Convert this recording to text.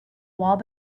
wall